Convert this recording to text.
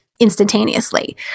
instantaneously